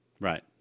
Right